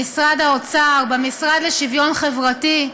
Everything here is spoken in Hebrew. במשרד האוצר, במשרד לשוויון חברתי,